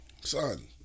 son